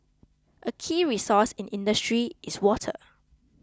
a key resource in industry is water